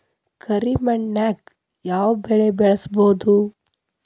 ಕರಿ ಮಣ್ಣಾಗ್ ಯಾವ್ ಬೆಳಿ ಬೆಳ್ಸಬೋದು?